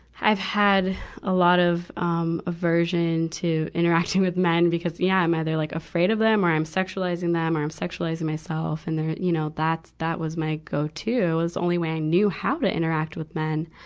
i've had a lot of, um, aversion to interacting with men because yeah i'm either like afraid of them or i'm sexualizing them or i'm sexualizing myself. and there, you know, that's, that was my go to, was the only way i knew how to interact with men.